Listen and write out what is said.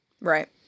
right